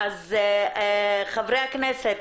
חברי הכנסת,